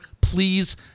please